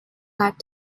back